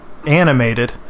animated